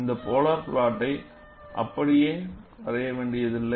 இந்த போலார் புளொட்டை அப்படியே வரைய வேண்டியதில்லை